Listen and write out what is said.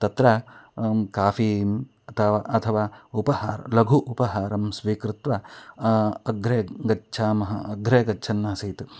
तत्र काफ़ीम् अथवा अथवा उपहारं लघु उपहारं स्वीकृत्य अग्रे गच्छामः अग्रे गच्छन् आसीत्